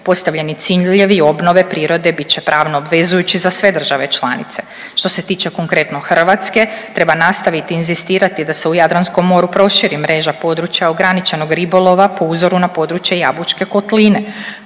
Postavljeni ciljevi obnove prirode bit će pravno obvezujući za sve države članice. Što se tiče konkretno Hrvatske treba nastaviti inzistirati da se u Jadranskom moru proširi mreža područja ograničenog ribolova po uzoru na područje Jabučke kotline.